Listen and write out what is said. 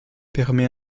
permet